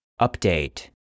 Update